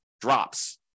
drops